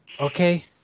Okay